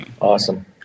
Awesome